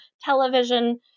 television